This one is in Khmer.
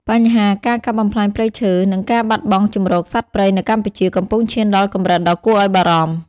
បញ្ហាការកាប់បំផ្លាញព្រៃឈើ និងការបាត់បង់ជម្រកសត្វព្រៃនៅកម្ពុជាកំពុងឈានដល់កម្រិតដ៏គួរឲ្យបារម្ភ។